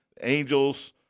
Angels